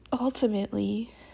ultimately